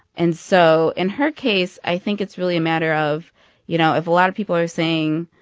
and so in her case, i think it's really a matter of you know, if a lot of people are saying,